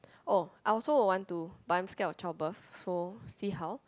oh I also will want to but I'm scared of child birth so see how